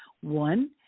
one